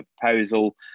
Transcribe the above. proposal